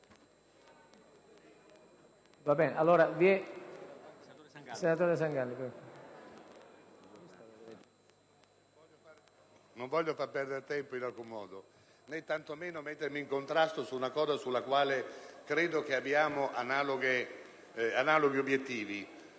non voglio far perdere tempo in alcun modo, né tanto meno mettermi in contrasto su un punto sul quale credo che abbiamo analoghi obiettivi.